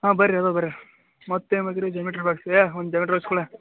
ಹಾಂ ಬನ್ರಿ ಅದಾವೆ ಬನ್ರಿ ಮತ್ತು ಏನು ಬೇಕು ರಿ ಜಾಮಿಟ್ರಿ ಬಾಕ್ಸ್ ರೀ ಏ ಒಂದು ಜಾಮಿಟ್ರಿ ಬಾಕ್ಸ್ ಕೊಡು